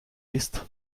ist